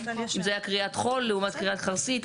אם זה היה כריית חול לעומת כריית חרסית,